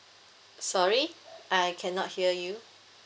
sorry I cannot hear you